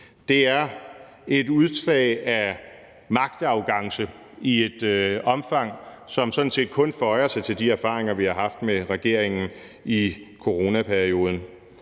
Det er et udslag af magtarrogance i et omfang, som sådan set kun føjer sig til de erfaringer, vi har haft med regeringen i coronaperioden.